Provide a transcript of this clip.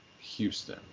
Houston